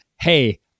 hey